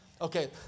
Okay